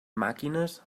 màquines